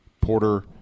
Porter